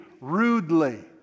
rudely